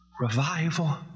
Revival